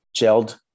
gelled